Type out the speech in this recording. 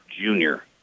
junior